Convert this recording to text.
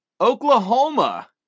Oklahoma